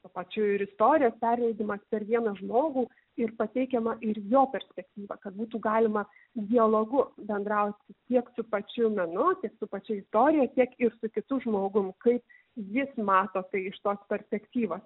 tuo pačiu ir istorijos perlaidimas per vieną žmogų ir pateikiama ir jo perspektyva kad būtų galima dialogu bendrauti tiek su pačiu menu su pačia istorija tiek ir su kitu žmogum kaip jis mato tai iš tos perspektyvos